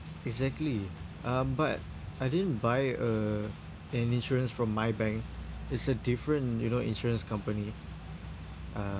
exactly um but I didn't buy uh an insurance from my bank it's a different you know insurance company uh